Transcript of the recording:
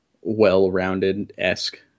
well-rounded-esque